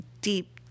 deep